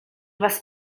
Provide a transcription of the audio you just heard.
was